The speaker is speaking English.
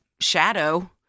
shadow